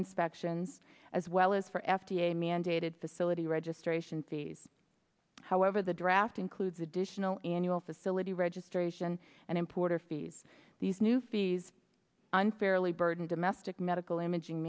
inspections as well as for f d a mandated facility registration fees however the draft includes additional annual facility registration and importer fees these new fees unfairly burden domestic medical imaging